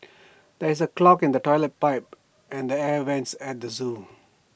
there is A clog in the Toilet Pipe and the air Vents at the Zoo